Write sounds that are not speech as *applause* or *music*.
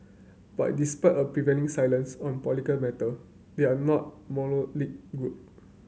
but despite a prevailing silence on political matter they are not *unintelligible* group